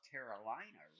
Carolina